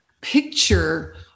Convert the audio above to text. picture